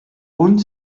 und